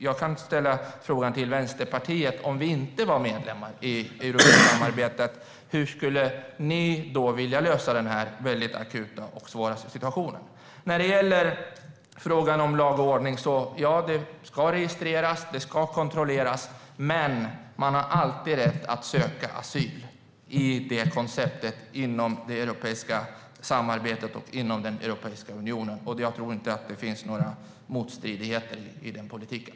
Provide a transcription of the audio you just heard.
Jag kan fråga Vänsterpartiet: Om Sverige inte var medlem i Europasamarbetet, hur skulle Vänsterpartiet vilja lösa den akuta och svåra situationen? Sedan var det frågan om lag och ordning. Ja, det ska ske registrering och kontroll, men man har alltid rätt att söka asyl, i det konceptet, inom det europeiska samarbetet och i Europeiska unionen. Det finns inga motstridigheter i den politiken.